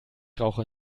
rauche